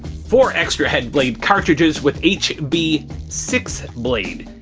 four extra headblade cartridges with h b six blade.